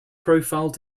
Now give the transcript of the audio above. profile